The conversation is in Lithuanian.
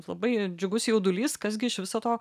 labai džiugus jaudulys kas gi iš viso to